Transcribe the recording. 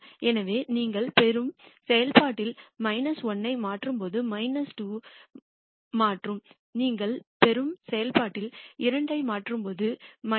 எனவே நீங்கள் பெறும் செயல்பாட்டில் 1 ஐ மாற்றும்போது 2 மற்றும் நீங்கள் பெறும் செயல்பாட்டில் 2 ஐ மாற்றும்போது 29